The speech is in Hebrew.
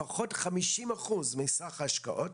לפחות 50% מסך ההשקעות.